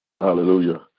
Hallelujah